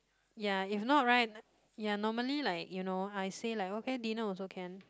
ya if not right ya normally like you know I say like okay dinner also can